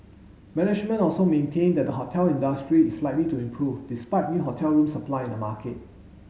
management also maintained that the hotel industry is likely to improve despite new hotel room supply in the market